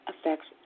affects